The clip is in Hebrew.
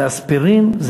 זה אספירין.